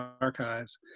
archives